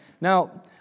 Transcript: Now